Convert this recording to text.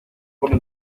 pone